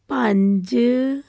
ਪੰਜ